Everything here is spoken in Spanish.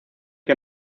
que